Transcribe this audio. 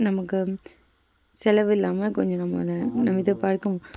நமக்கு செலவு இல்லாமல் கொஞ்சம் நம்ம இது நம்ம இது பழக்கம்